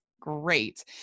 great